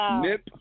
Nip